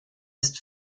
ist